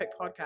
podcast